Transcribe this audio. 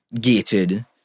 gated